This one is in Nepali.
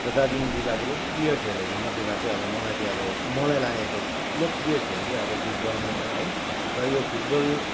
र दार्जिलिङ जिल्लाको लोकप्रिय खेलहरूमध्येमा चाहिँ अब मलाई चाहिँ अब मलाई लागेको लोकप्रिय खेल चाहिँ अब फुटबल नै हो है र यो फुटबल